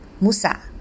Musa